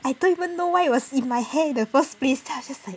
I don't even know why it was in my hair in the first place then I was like